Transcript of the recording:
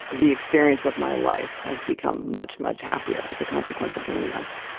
the experience of my life has become much, much happier as a consequence of doing this.